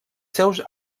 seus